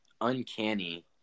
uncanny